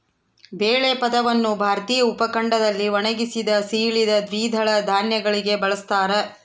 ಬೇಳೆ ಪದವನ್ನು ಭಾರತೀಯ ಉಪಖಂಡದಲ್ಲಿ ಒಣಗಿಸಿದ, ಸೀಳಿದ ದ್ವಿದಳ ಧಾನ್ಯಗಳಿಗೆ ಬಳಸ್ತಾರ